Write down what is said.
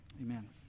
amen